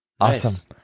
awesome